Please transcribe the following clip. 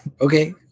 Okay